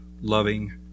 loving